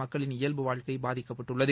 மக்களின் இயல்பு வாழ்க்கை பாதிக்கப்பட்டுள்ளது